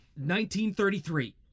1933